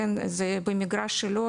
כן זה במגרש שלו,